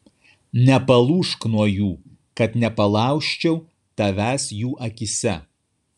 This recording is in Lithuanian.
nepalūžk nuo jų kad nepalaužčiau tavęs jų akyse